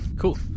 Cool